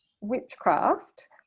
witchcraft